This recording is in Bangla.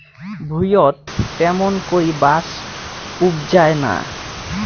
ভুঁইয়ত ত্যামুন করি বাঁশ উবজায় না